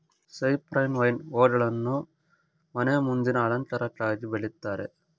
cypress vine ಹೂಗಳನ್ನು ಮನೆ ಮುಂದಿನ ಅಲಂಕಾರಕ್ಕಾಗಿ ಬೆಳಿತಾರೆ